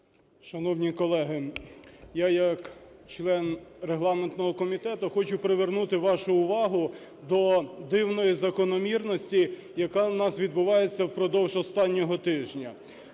Шановні колеги! Я як член регламентного комітету хочу привернути вашу увагу до дивної закономірності, яка у нас відбувається впродовж останнього тижня.